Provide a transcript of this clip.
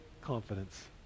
confidence